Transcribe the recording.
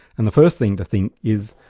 and the first thing to think is,